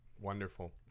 Wonderful